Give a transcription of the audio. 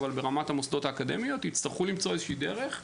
אבל ברמה של המוסדות האקדמיים יצטרכו למצוא דרך.